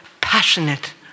passionate